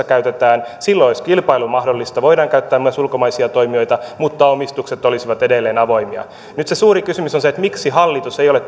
käytetään silloin jos kilpailu on mahdollista voidaan käyttää myös ulkomaisia toimijoita mutta omistukset olisivat edelleen avoimia nyt se suuri kysymys on se että miksi hallitus ei ole